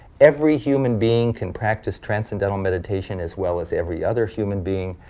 every human being can practice transcendental meditation as well as every other human being.